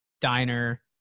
diner